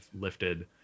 lifted